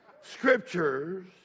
scriptures